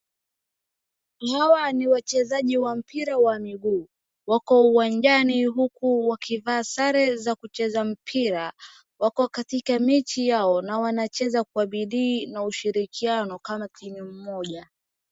Hawa ni wachezaji wa mpira wa miguu. Wako uwanjani huku wakivaa sare za kucheza mpira. Wako katika mechi yao na wanacheza kwa bidii na ushirikiano kama Wakenya mmoja.